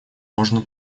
можно